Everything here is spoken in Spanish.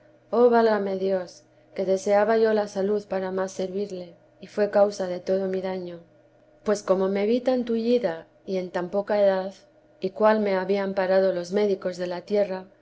oh válame dios que deseaba yo la salud para más servirle y fué causa de todo mi daño pues como me vi tan tullida y en tan poca edad y cuál me habían parado los médicos de la tierra